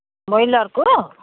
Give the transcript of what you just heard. ब्रइलरको